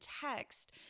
text